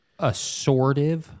Assortive